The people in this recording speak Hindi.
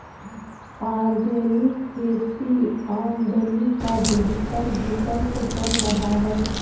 ऑर्गेनिक खेती आमदनी का बेहतर विकल्प बन रहा है